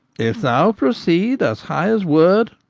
if thou proceed as high as word,